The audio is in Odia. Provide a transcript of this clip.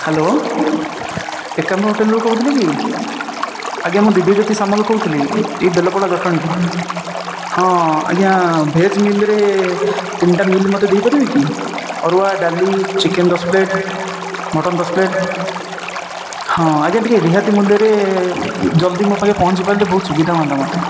ହ୍ୟାଲୋ ଏକାମ୍ର ହୋଟେଲରୁ କହୁଥିଲେ କି ଆଜ୍ଞା ମୁଁ ଦିବ୍ୟଜ୍ୟୋତି ସାମଲ କହୁଥିଲି ଏହି ବେଲପଡ଼ା ଜଟଣୀରୁ ହଁ ଆଜ୍ଞା ଭେଜ୍ ମିଲ୍ରେ ତିନିଟା ମିଲ୍ ମୋତେ ଦେଇ ପାରିବେ କି ଅରୁଆ ଡାଲି ଚିକେନ ଦଶ ପ୍ଳେଟ ମଟନ ଦଶ ପ୍ଳେଟ ହଁ ଆଜ୍ଞା ଟିକେ ରିହାତି ମୂଲ୍ୟରେ ଜଲ୍ଦି ମୋ ପାଖେ ପହଞ୍ଚି ପାରିଲେ ବହୁତ ସୁବିଧା ହୁଅନ୍ତା ମୋତେ